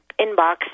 inbox